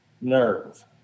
nerve